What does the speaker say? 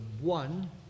one